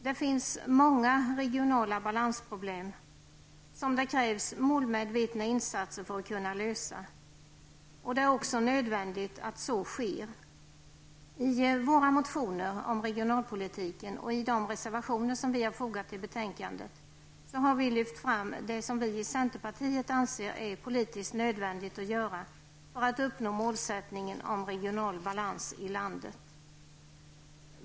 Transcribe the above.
Det finns många regionala balansproblem, som det krävs målmedvetna insatser för att lösa. Och det är också nödvändigt att så sker. I våra motioner om regionalpolitiken och i de reservationer som vi har fogat till betänkandet har vi lyft fram det vi i centerpartiet anser är politiskt nödvändigt att göra för att vi skall kunna uppnå målet om regional balans i landet.